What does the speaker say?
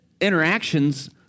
interactions